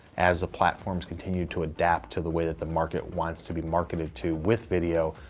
as the platforms continue to adapt to the way that the market wants to be marketed to with video,